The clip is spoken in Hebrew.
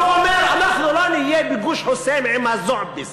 והוא אומר: אנחנו לא נהיה בגוש חוסם עם ה"זועביז".